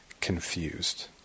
confused